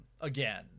again